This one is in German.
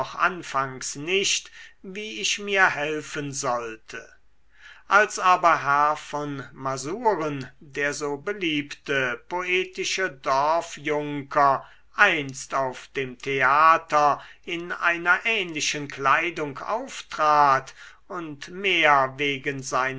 anfangs nicht wie ich mir helfen sollte als aber herr von masuren der so beliebte poetische dorfjunker einst auf dem theater in einer ähnlichen kleidung auftrat und mehr wegen seiner